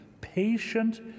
Patient